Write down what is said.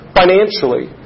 financially